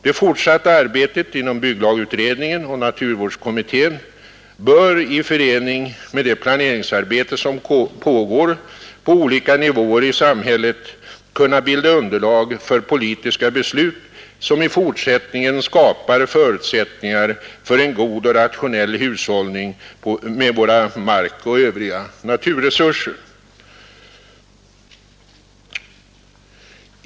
Det fortsatta arbetet inom bygglagutredningen och naturvårdskommittén bör, i förening med det planeringsarbete som pågär på olika nivåer i samhället, kunna bilda underlag för politiska beslut, som i fortsättningen skapar förutsättningar för en god och rationell hushällning med vära markoch övriga naturresurser.